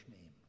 name